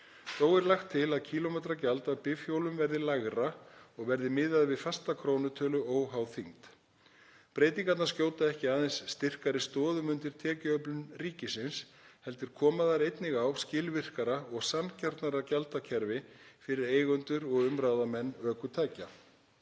Þó er lagt til að kílómetragjald af bifhjólum verði lægra og verði miðað við fasta krónutölu, óháð þyngd. Breytingarnar skjóta ekki aðeins styrkari stoðum undir tekjuöflun ríkisins heldur koma þær einnig á skilvirkara og sanngjarnara gjaldakerfi fyrir eigendur og umráðamenn ökutækja,